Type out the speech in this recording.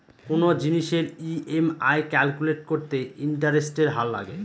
কোনো জিনিসের EMI calculate করতে ইন্টারেস্টের হার লাগে